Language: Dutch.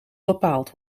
bepaald